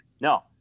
No